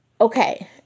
Okay